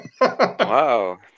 Wow